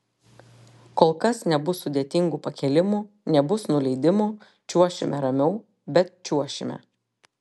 kol kas nebus sudėtingų pakėlimų nebus nuleidimų čiuošime ramiau bet čiuošime